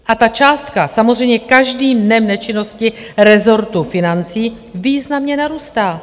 A ta částka samozřejmě každým dnem nečinnosti rezortu financí významně narůstá.